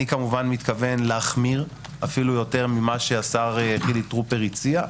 אני כמובן מתכוון להחמיר אפילו יותר ממה שהשר חילי טרופר הציע,